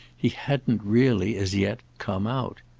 he hadn't really as yet come out.